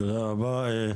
תודה רבה.